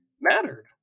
mattered